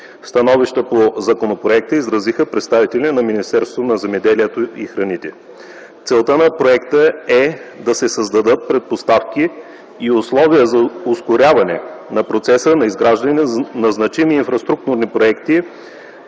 Становища по законопроекта изразиха представители на Министерството на земеделието и храните. Целта на проекта е да се създадат предпоставки и условия за ускоряване на процеса на изграждане на значими инфраструктурни проекти